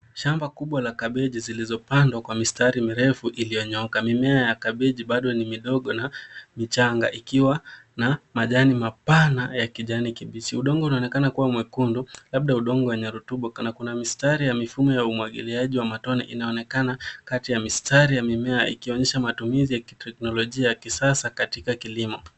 Shamba kubwa la kabeji zilizopandwa kwa mistari mirefu iliyonyooka. Mimea ya kabeji bado ni midogo na michanga ikiwa na majani mapana ya kijani kibichi. Udongo unaonekana kuwa mwekundu labda udongo wenye rotuba na kuna mistari ya mfumo wa umwagiliaji wa matone inaonekana kati ya mistari ya mimea ikionyesha matumizi ya kiteknolojia ya kisasa katika kilimo.